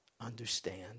understand